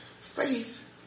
Faith